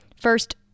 First